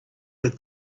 that